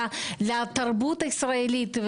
לתרבות הישראלית.